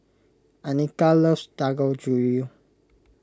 Annika loves Dangojiru